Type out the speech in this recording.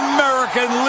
American